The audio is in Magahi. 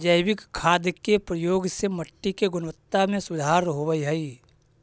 जैविक खाद के प्रयोग से मट्टी के गुणवत्ता में सुधार होवऽ हई